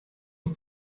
auf